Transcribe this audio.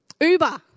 Uber